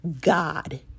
God